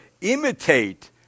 imitate